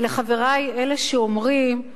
ולחברי אלה שאומרים,